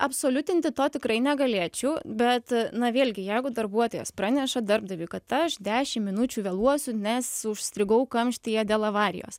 absoliutinti to tikrai negalėčiau bet na vėlgi jeigu darbuotojas praneša darbdaviui kad aš dešim minučių vėluosiu nes užstrigau kamštyje dėl avarijos